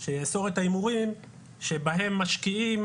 שיאסור את ההימורים שבהם משקיעים